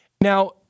now